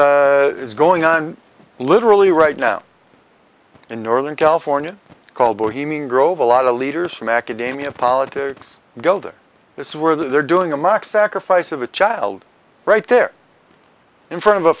is going on literally right now in northern california called bohemian grove a lot of leaders from academia politics go to this where they're doing a mock sacrifice of a child right there in front of a